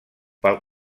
pel